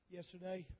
Yesterday